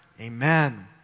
Amen